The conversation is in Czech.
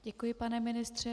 Děkuji, pane ministře.